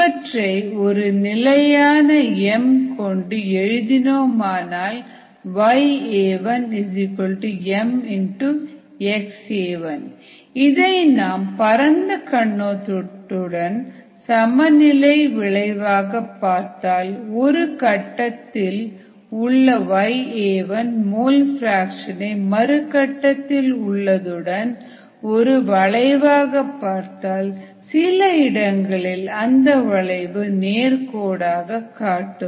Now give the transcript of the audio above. இவற்றை ஒரு நிலையான எம் கொண்டு எழுதினோம் ஆனால் yAim xAi இதை நாம் பரந்த கண்ணோட்டத்துடன் சமநிலை விளைவுகளாக பார்த்தால் ஒரு கட்டத்தில் உள்ள yAiமோல் பிராக்சன் ஐ மறு கட்டத்தில் உள்ளதுடன் ஒரு வளைவாக பார்த்தால் சில இடங்களில் அந்த வளைவு நேர்கோடாக காட்டும்